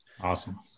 Awesome